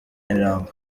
nyamirambo